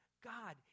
God